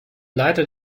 leider